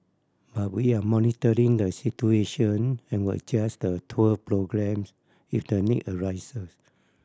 but we are monitoring the situation and will adjust the tour programmes if the need arises